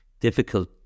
difficult